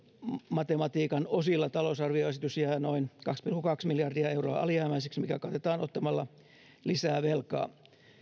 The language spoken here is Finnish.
matematiikan osilla talousarvioesitys jää noin kaksi pilkku kaksi miljardia euroa alijäämäiseksi mikä katetaan ottamalla lisää velkaa